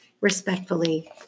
respectfully